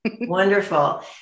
Wonderful